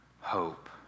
hope